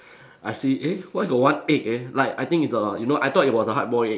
I see eh why got one egg eh like I think it's the you know I thought it was a hard boiled egg